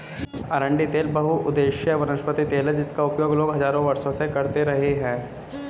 अरंडी तेल बहुउद्देशीय वनस्पति तेल है जिसका उपयोग लोग हजारों वर्षों से करते रहे हैं